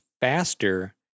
faster